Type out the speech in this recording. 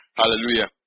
hallelujah